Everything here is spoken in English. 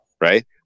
right